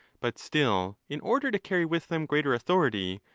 but still, in order to carry with them greater authority,